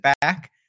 back